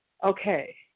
Okay